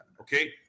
Okay